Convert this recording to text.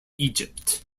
egypt